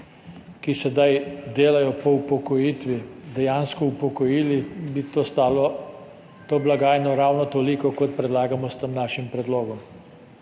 ki sedaj delajo, po upokojitvi dejansko upokojili, bi to stalo to blagajno ravno toliko, kot predlagamo s tem našim predlogom.